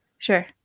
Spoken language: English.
Sure